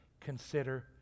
consider